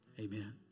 Amen